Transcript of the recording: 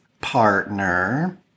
partner